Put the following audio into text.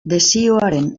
desioaren